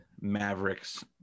Mavericks